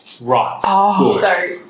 right